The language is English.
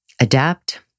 adapt